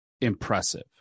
impressive